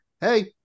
Hey